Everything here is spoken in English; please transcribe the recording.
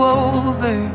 over